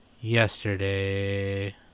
Yesterday